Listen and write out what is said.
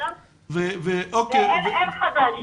אין חדש.